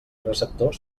receptor